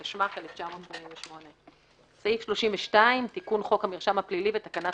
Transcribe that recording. התשמ"ח 1988". תיקון חוקהמרשם הפלילי ותקנת